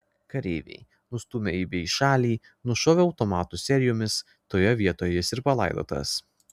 kareiviai nustūmę ibį į šalį nušovė automatų serijomis toje vietoje jis ir palaidotas